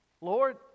Lord